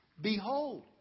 Behold